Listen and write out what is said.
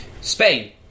Spain